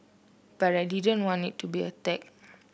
but I didn't want it to be a tag